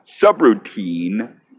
subroutine